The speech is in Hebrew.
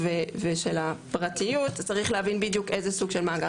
ושל הפרטיות צריך להבין בדיוק איזה סוג של מאגר,